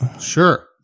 Sure